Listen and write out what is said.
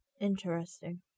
Interesting